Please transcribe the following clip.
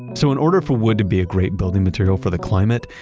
so in order for wood to be a great building material for the climate,